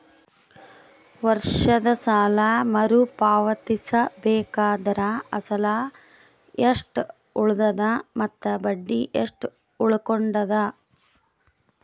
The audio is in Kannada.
ವರ್ಷದ ಸಾಲಾ ಮರು ಪಾವತಿಸಬೇಕಾದರ ಅಸಲ ಎಷ್ಟ ಉಳದದ ಮತ್ತ ಬಡ್ಡಿ ಎಷ್ಟ ಉಳಕೊಂಡದ?